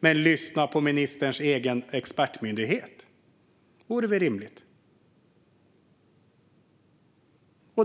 Men lyssna på den egna expertmyndigheten! Det vore väl rimligt.